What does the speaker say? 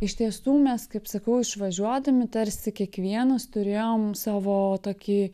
iš tiesų mes kaip sakau išvažiuodami tarsi kiekvienas turėjom savo tokį